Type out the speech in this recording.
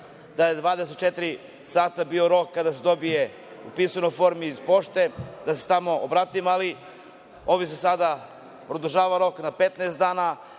da je 24 sata bio rok kada se dobije u pisanoj formi iz pošte, da se tamo obratimo, ali ovim se sada produžava rok na 15 dana